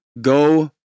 Go